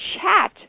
chat